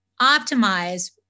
optimize